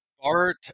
Art